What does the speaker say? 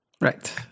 Right